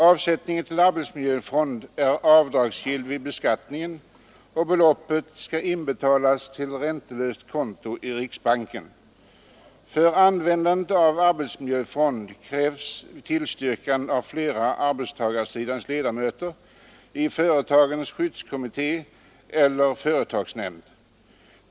Avsättningen till arbetsmiljöfond är avdragsgill vid beskattningen, och beloppet skall inbetalas till räntelöst konto i riksbanken. För användandet av arbetsmiljöfond krävs tillstyrkan av flertalet av arbetstagarsidans ledamöter i företagets skyddskommitté eller företagsnämnd.